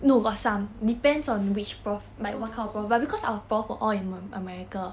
oh